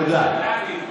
תודה.